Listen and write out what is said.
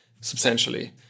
substantially